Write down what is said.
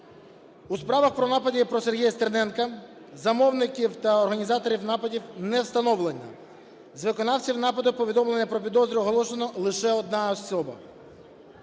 У справах по нападу про Сергія Стерненка замовників та організаторів нападів не встановлено. З виконавців нападу повідомлення про підозру оголошено лише одній особі.